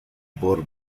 por